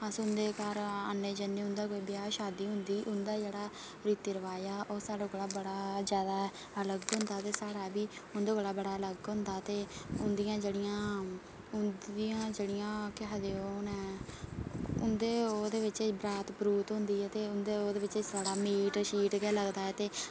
अस उंदे घर औन्ने जन्ने उंदे घर बी ब्याह् शादी होंदी उंदा जेह्ड़ा रीति रवाज़ ऐ ओह् साढ़े कोला बड़े जादै अलग होंदा ते साढ़े बी उंदे कोला बड़ा अलग होंदा ते उंदियां जेह्ड़ियां उंदी जेह्ड़ियां ओह् केह् आखदे ओह् जेह्ड़ियां बरात होंदी ते ओह्दे बिच छड़ा मीट गै लगदा ते